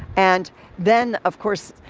and then, of course,